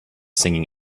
singing